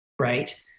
right